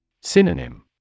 Synonym